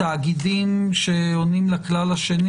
רואה תאגידים שעונים לכלל השני,